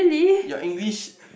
your English